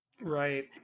Right